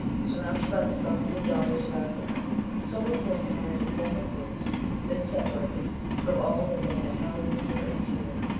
surrounded by the sons and daughters of africa some of whom had in former years been separated from all that they had held near and dear,